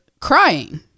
crying